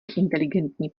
inteligentní